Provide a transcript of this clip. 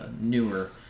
newer